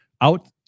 out